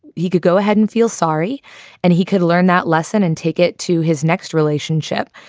he could go ahead and feel sorry and he could learn that lesson and take it to his next relationship.